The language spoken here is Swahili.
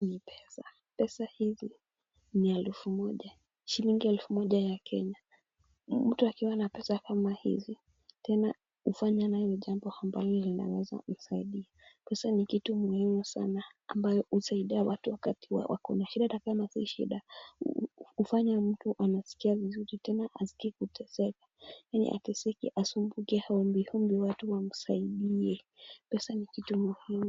Ni pesa, pesa hizi ni elfu moja. Shilingi elfu moja ya Kenya. Mtu akiwa na pesa kama hizi, tena hufanya nazo jambo ambalo linaweza kumsaidia. Pesa ni kitu muhimu sana ambacho husaidia watu wakati wako na shida hata kama si shida. Hufanya mtu kuskia vizuri tena hasikii kuteseka. Yaani ateseke asumbuke aombeombe watu wamsaidie. Pesa ni kitu muhimu.